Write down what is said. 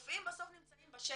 הרופאים בסוף נמצאים בשטח,